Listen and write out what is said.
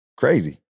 Crazy